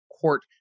court